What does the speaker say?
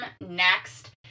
next